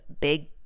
Big